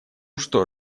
что